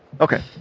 Okay